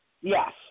Yes